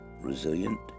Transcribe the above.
resilient